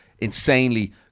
insanely